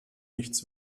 nichts